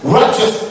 righteous